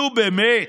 נו, באמת,